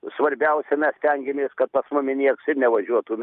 svarbiausia mes stengiamės kad pas mumi nieks nevažiuotų